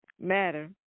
matter